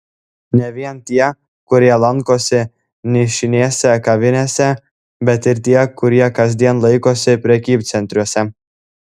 ne vien tie kurie lankosi nišinėse kavinėse bet ir tie kurie kasdien laikosi prekybcentriuose